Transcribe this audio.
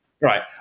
Right